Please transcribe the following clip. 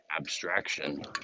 abstraction